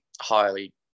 highly